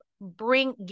Bring